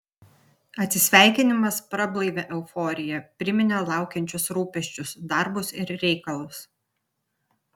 atsisveikinimas prablaivė euforiją priminė laukiančius rūpesčius darbus ir reikalus